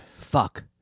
Fuck